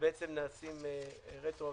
שלמעשה נעשים רטרואקטיבית,